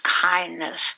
kindness